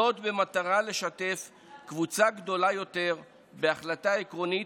במטרה לשתף קבוצה גדולה יותר בהחלטה עקרונית,